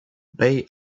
bay